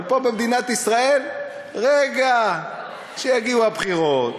אבל פה, במדינת ישראל, רגע, כשיגיעו הבחירות